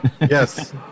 Yes